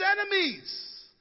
enemies